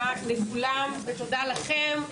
לכולם, ותודה לכם.